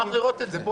אני אשמח לראות את זה.